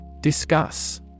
Discuss